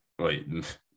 Wait